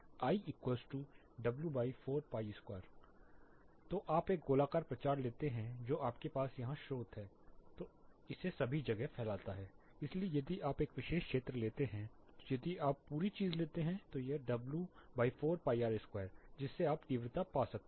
IW4r2 तो आप एक गोलाकार प्रचार लेते हैं जो आपके पास यहां स्रोत है जो इसे सभी जगह फैलाता है इसलिए यदि आप एक विशेष क्षेत्र लेते हैं तो यदि आप पूरी चीज लेते हैं तो यह W 4 2 r2 जिससे आप तीव्रता पा सकते हैं